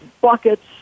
buckets